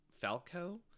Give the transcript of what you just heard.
Falco